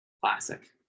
Classic